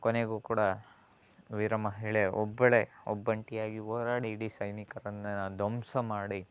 ಕೊನೆಗೂ ಕೂಡ ವೀರ ಮಹಿಳೆ ಒಬ್ಬಳೇ ಒಬ್ಬಂಟಿಯಾಗಿ ಹೋರಾಡಿ ಇಡೀ ಸೈನಿಕರನ್ನ ಧ್ವಂಸ ಮಾಡಿ